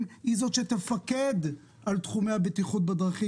היא זו שתפקד על תחומי הבטיחות בדרכים,